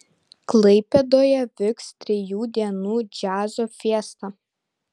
klaipėdoje vyks trijų dienų džiazo fiesta